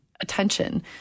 attention